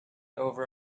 over